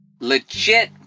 legit